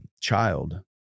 child